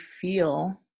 feel